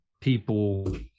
people